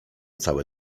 całe